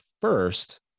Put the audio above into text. first